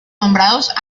nombrados